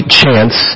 chance